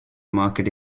market